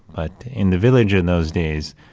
but in the village in those days,